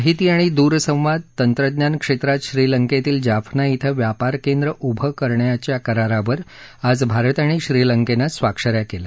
माहिती आणि दूरसंवाद तंत्रज्ञान क्षेत्रात श्रीलंकेतील जाफना क्षे व्यापर केंद्र उभे करण्याच्या करारावर आज भारत आणि श्रीलंकेनं स्वाक्ष या केल्या